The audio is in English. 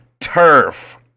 turf